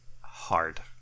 hard